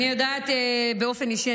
אני יודעת באופן אישי.